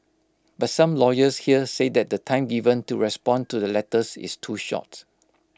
but some lawyers here say that the time given to respond to the letters is too short